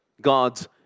God's